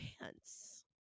pants